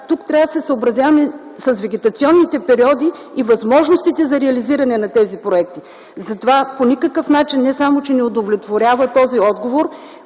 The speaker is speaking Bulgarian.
Тук трябва да се съобразяваме и с вегетационните периоди, и с възможностите за реализиране на тези проекти. Затова по никакъв начин, не само че не удовлетворява този отговор...